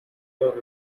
law